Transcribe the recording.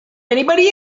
anybody